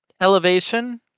elevation